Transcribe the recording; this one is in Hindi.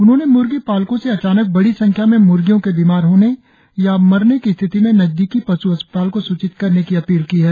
उन्होंने म्र्गी पालकों से अचानक बड़ी संख्या में म्र्गियों के बीमार होने और मरने की स्थिति में नजदीकी पश् अस्पताल को सूचित करने की अपील की है